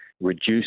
reduce